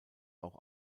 auch